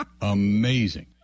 amazing